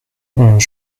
peux